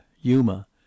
Yuma